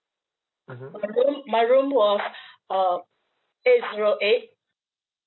my room my room was uh eight zero eight